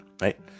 right